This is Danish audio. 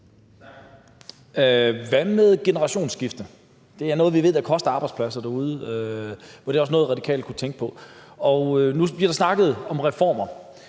Hvad med generationsskifteafgifter? Det er noget, vi ved koster arbejdspladser derude. Var det også noget, Radikale kunne tænke på? Nu bliver der snakket om reformer,